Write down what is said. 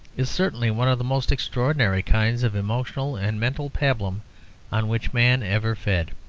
is certainly one of the most extraordinary kinds of emotional and mental pabulum on which man ever fed.